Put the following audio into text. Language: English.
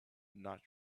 not